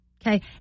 Okay